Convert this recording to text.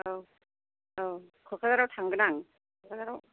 औ औ क'क्राझाराव थांगोन आं क'क्राझाराव